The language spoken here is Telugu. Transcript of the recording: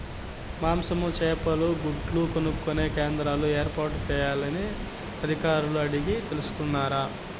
మాంసము, చేపలు, గుడ్లు కొనుక్కొనే కేంద్రాలు ఏర్పాటు చేయాలని అధికారులను అడిగి తెలుసుకున్నారా?